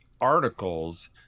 articles